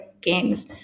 games